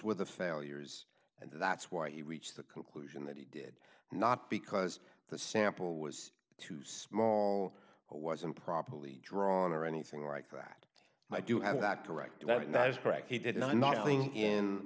were the failures and that's why he reached the conclusion that he did not because the sample was too small or was improperly drawn or anything like that i do have that correct